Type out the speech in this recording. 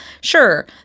sure